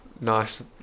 nice